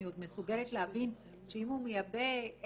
אני עוד מסוגלת להבין שאם הוא מייבא אין